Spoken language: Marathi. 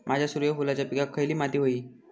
माझ्या सूर्यफुलाच्या पिकाक खयली माती व्हयी?